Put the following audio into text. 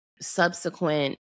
subsequent